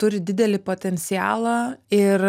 turi didelį potencialą ir